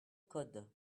code